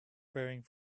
preparing